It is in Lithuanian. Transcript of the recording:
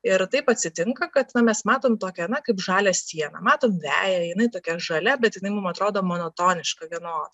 ir taip atsitinka kad na mes matom tokią na kaip žalią sieną matom veją jinai tokia žalia bet jinai mum atrodo monotoniška vienoda